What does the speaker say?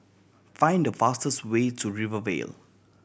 find the fastest way to Rivervale